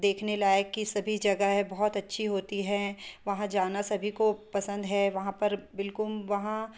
देखने लायक़ की सभी जगहें हैं बहुत अच्छी होती हैं वहाँ जाना सभी को पसंद है वहाँ पर बिल्कुल वहाँ